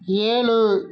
ஏழு